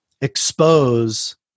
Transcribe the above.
expose